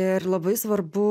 ir labai svarbu